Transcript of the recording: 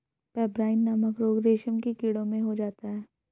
pebrine नामक रोग रेशम के कीड़ों में हो जाता है